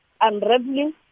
unraveling